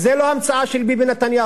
זאת לא המצאה של ביבי נתניהו.